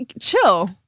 Chill